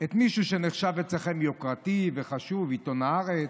מישהו שנחשב אצלכם יוקרתי וחשוב, עיתון הארץ: